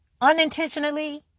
unintentionally